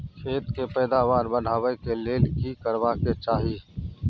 खेत के पैदावार बढाबै के लेल की करबा के चाही?